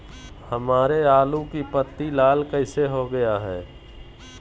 हमारे आलू की पत्ती लाल कैसे हो गया है?